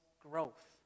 growth